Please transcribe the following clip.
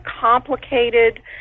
complicated